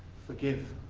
forgive.